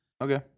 Okay